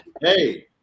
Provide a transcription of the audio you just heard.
Hey